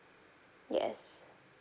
yes